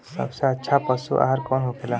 सबसे अच्छा पशु आहार कौन होखेला?